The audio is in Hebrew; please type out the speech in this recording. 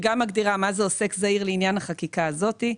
שגם מגדירה מה זה עוסק זעיר לעניין החקיקה הזו.